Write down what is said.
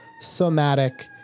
somatic